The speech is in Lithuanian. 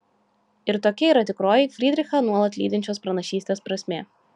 ir tokia yra tikroji frydrichą nuolat lydinčios pranašystės prasmė